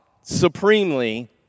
supremely